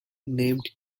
named